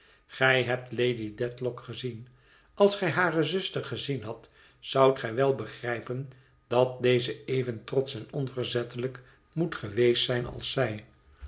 gij hebt lady dedlock gezien als gij hare zuster gezien hadt zoudt gij wel begrijpen dat deze even trotsch en onverzettelijk moet geweest zijn als zij